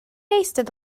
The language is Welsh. eistedd